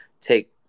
take